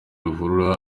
ruhurura